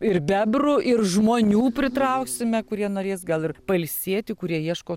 ir bebrų ir žmonių pritrauksime kurie norės gal ir pailsėti kurie ieško